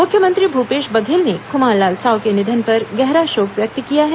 मुख्यमंत्री भूपेश बघेल ने खुमानलाल साव के निधन पर गहरा शोक व्यक्त किया है